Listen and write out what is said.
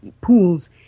pools